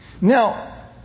Now